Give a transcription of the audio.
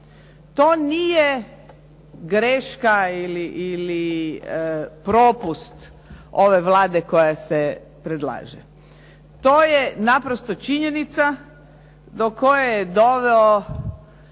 To nije greška ili propust ove Vlade koja se predlaže. To je naprosto činjenica do koje je doveo